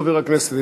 חבר הכנסת,